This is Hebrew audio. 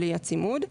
בלי הצימוד.